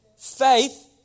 Faith